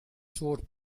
soort